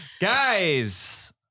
Guys